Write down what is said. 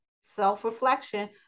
self-reflection